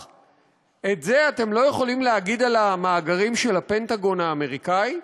את זה אתם לא יכולים להגיד על המאגרים של הפנטגון האמריקני?